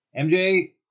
MJ